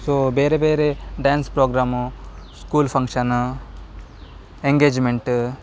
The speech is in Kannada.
ಸೊ ಬೇರೆ ಬೇರೆ dance programme school function engagement